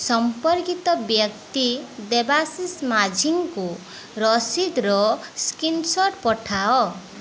ସମ୍ପର୍କିତ ବ୍ୟକ୍ତି ଦେବାଶିଷ ମାଝୀଙ୍କୁ ରସିଦର ସ୍କ୍ରିନଶଟ୍ ପଠାଅ